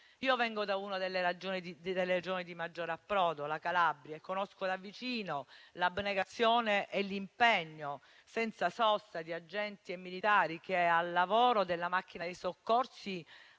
Io vengo da una delle Regioni di maggior approdo, la Calabria, e conosco da vicino l'abnegazione e l'impegno senza sosta di agenti e militari, che al lavoro della macchina dei soccorsi